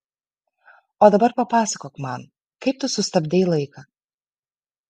o dabar papasakok man kaip tu sustabdei laiką